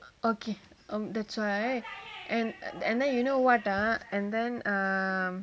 okay that's why and and then you know what ah and then um